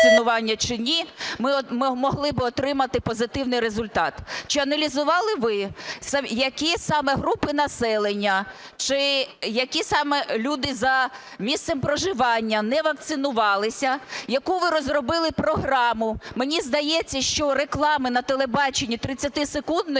чи ні, ми могли би отримати позитивний результат. Чи аналізували ви які саме групи населення чи які саме люди за місцем проживання не вакцинувалися? Яку ви розробили програму? Мені здається, що реклами на телебаченні 30-секундної